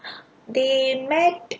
they like